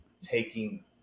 taking